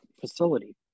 facility